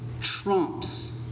trumps